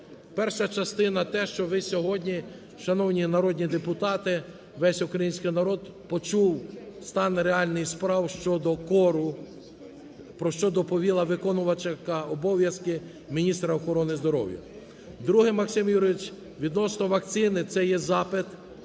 Перша частина – те, що ви сьогодні, шановні народні депутати, весь український народ, почув стан реальний справ щодо кору, про що доповіла виконувачка обов'язки міністра охорони здоров'я. Друге. Максим Юрійович, відносно вакцини, це є запит,